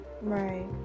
Right